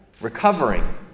recovering